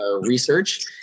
research